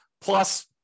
plus